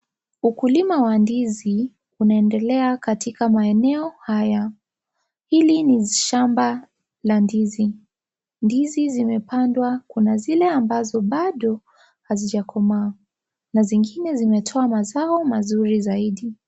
Ukulima wa ndizi unaendelea katika maeneo haya. Hili ni shamba la ndizi. Ndizi zimepandwa, kuna zile ambazo, bado hazijakomaa na zingine zimetoa mazao mazuri zaidi.